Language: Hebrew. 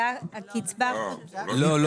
לא.